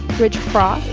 rich craw,